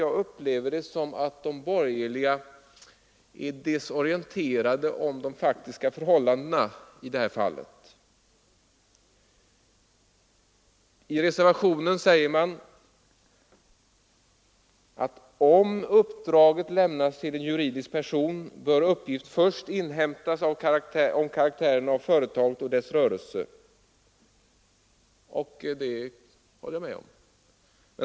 Jag anser att de borgerliga är desorienterade om de faktiska förhållandena i detta fall. I reservationen sägs: ”Om uppdrag lämnas åt juridisk person bör uppgift först inhämtas om karaktären av företaget och om dess rörelse.” Det håller jag med om.